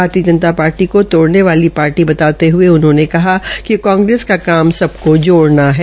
भारतीय जनता पार्टी को तोड़ने वाली पार्टी बताते हये उन्होंने कहा कि कांग्रेस का काम सबको जोड़ना है